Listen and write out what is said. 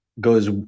goes